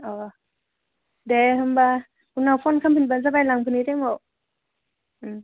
औ दे होनबा उनाव फन खालामफिनबानो जाबाय लांफैनाय टाइमाव